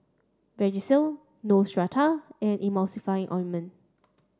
Vagisil Neostrata and Emulsying ointment